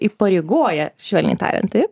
įpareigoja švelniai tariant taip